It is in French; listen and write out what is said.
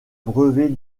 brevet